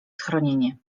schronienie